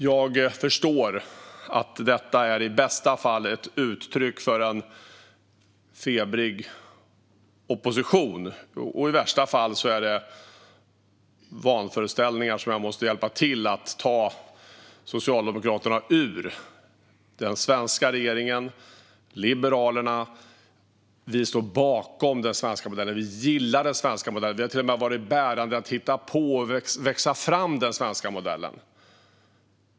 Jag förstår att detta i bästa fall är ett uttryck för en febrig opposition och i värsta fall är vanföreställningar som jag måste hjälpa Socialdemokraterna ur. Den svenska regeringen och Liberalerna står bakom den svenska modellen och gillar den svenska modellen. Vi har till och med varit bärande i att ta fram den svenska modellen.